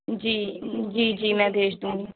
جی جی جی میں بھیج دوں گی